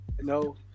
no